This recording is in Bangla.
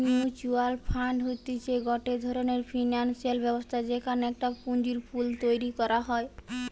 মিউচুয়াল ফান্ড হতিছে গটে ধরণের ফিনান্সিয়াল ব্যবস্থা যেখানে একটা পুঁজির পুল তৈরী করা হয়